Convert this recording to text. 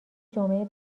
جمعه